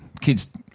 kids